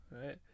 right